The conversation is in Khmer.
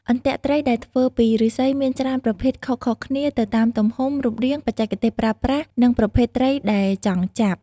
អន្ទាក់ត្រីដែលធ្វើពីឫស្សីមានច្រើនប្រភេទខុសៗគ្នាទៅតាមទំហំ រូបរាង បច្ចេកទេសប្រើប្រាស់ និងប្រភេទត្រីដែលចង់ចាប់។